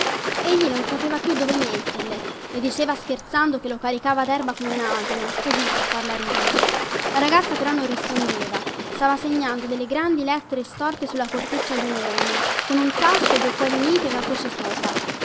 egli non sapeva più dove metterle le diceva scherzando che lo caricava derba come un asino così per farla ridere la ragazza però non rispondeva stava segnando delle grandi lettere storte sulla corteccia di un olmo con un sasso due cuori uniti e una croce sopra